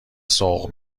سوق